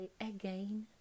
again